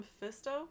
Mephisto